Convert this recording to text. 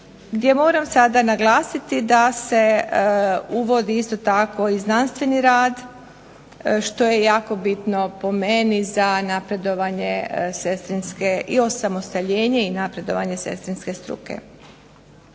gdje moram sada naglasiti da se uvodi isto tako i znanstveni rad što je jako bitno po meni za napredovanje sestrinske, za osamostaljenje i napredovanje sestrinske struke.